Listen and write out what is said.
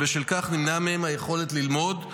ובשל כך נמנעה מהם היכולת ללמוד,